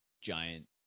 giant